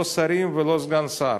לא את השרים ולא את סגן השר.